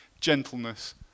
gentleness